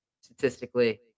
statistically